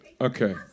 Okay